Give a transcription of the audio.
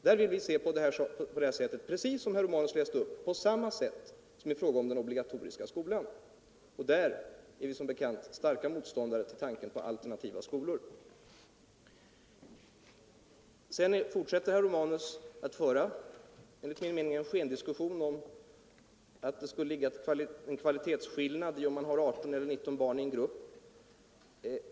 Vår principiella syn är alltså densamma som i fråga om den obligatoriska skolan, och där är vi som bekant starka motståndare till tanken på alternativa skolor. Herr Romanus fortsätter sedan att föra vad som enligt min mening är en skendebatt om att det skulle ligga en kvalitetsskillnad i om man har 18 eller 19 barn i en grupp.